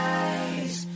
eyes